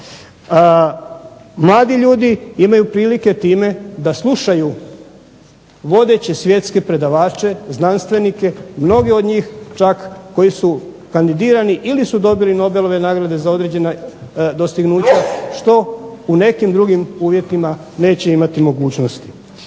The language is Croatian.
Mladi ljudi imaju prilike time da slušaju vodeće svjetske predavače, znanstvenike. I mnogi od njih čak koji su kandidirani ili su dobili Nobelove nagrade za određena dostignuća što u nekim drugim uvjetima neće imati mogućnosti.